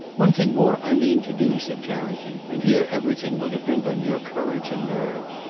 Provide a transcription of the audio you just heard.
one thing more i mean to do, said carrington and here everything will depend on your courage and nerve.